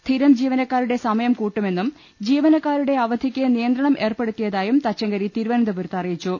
സ്ഥിരം ജീവന ക്കാരുടെ സമയം കൂട്ടുമെന്നും ജീവനക്കാരുടെ അവധിയ്ക്ക് നിയ ന്ത്രണം ഏർപ്പെടുത്തിയതായും തച്ചങ്കരി തിരുവനന്തപുരത്ത് അറി യിച്ചു